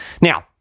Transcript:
Now